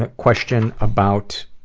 ah question about,